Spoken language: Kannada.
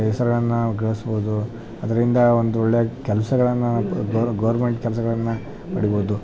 ಹೆಸರನ್ನ ಗಳಿಸ್ಬೌದು ಅದರಿಂದ ಒಂದೊಳ್ಳೆಯ ಕೆಲಸಗಳನ್ನ ಪ ಗೋರ್ ಗೌರ್ಮೆಂಟ್ ಕೆಲಸಗಳನ್ನ ಪಡಿಬೌದು